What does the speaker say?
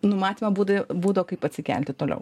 numatymo būdai būdo kaip atsikelti toliau